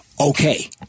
Okay